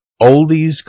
oldies